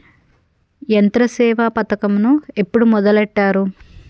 యంత్రసేవ పథకమును ఎప్పుడు మొదలెట్టారు?